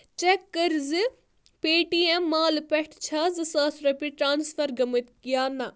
check کٔرۍزِ Paytm مال پٮ۪ٹھٕ چھےٚ زٕ ساس رۄپیہِ ٹرانسفر گٔمٕتۍ یا نَہ